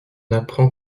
apprend